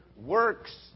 works